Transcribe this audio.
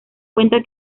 cuenta